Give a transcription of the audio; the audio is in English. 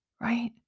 right